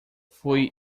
fui